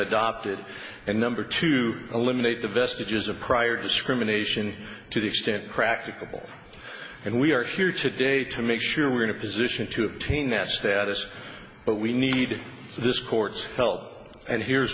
adopted and number two eliminate the vestiges of prior discrimination to the extent practicable and we are here today to make sure we are in a position to obtain that status but we need this court's help and here's